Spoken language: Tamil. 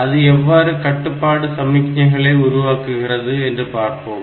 அது எவ்வாறு கட்டுப்பாட்டு சமிக்ஞைகளை உருவாக்குகிறது என்று பார்ப்போம்